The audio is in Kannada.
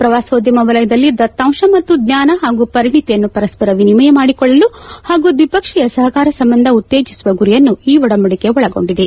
ಪ್ರವಾಸೋದ್ಯಮ ವಲಯದಲ್ಲಿ ದತ್ತಾಂಶ ಮತ್ತು ಜ್ಞಾನ ಹಾಗೂ ಪರಿಣಿತಿಯನ್ನು ಪರಸ್ಪರ ವಿನಿಮಯ ಮಾಡಿಕೊಳ್ಳಲು ಹಾಗೂ ದ್ವೀಪಕ್ಷಿಯ ಸಹಕಾರ ಸಂಬಂಧ ಉತ್ತೇಜಿಸುವ ಗುರಿಯನ್ನು ಈ ಒಡಂಬಡಿಕೆ ಒಳಗೊಂಡಿದೆ